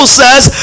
says